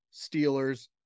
Steelers